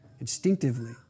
instinctively